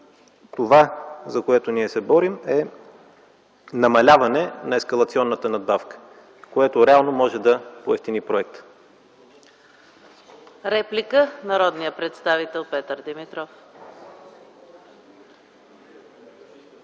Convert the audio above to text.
Това, за което ние се борим, е намаляване на ескалационната надбавка, което реално може да поевтини проекта.